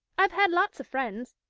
i've had lots of friends,